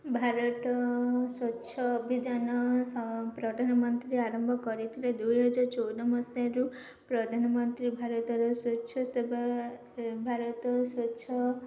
ଭାରତ ସ୍ୱଚ୍ଛ ଅଭିଯାନ ପ୍ରଧାନମନ୍ତ୍ରୀ ଆରମ୍ଭ କରିଥିଲେ ଦୁଇହଜାର ଚଉଦ ମସିହାରୁ ପ୍ରଧାନମନ୍ତ୍ରୀ ଭାରତର ସ୍ୱଚ୍ଛ ସେବା ଭାରତ ସ୍ୱଚ୍ଛ